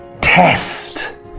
test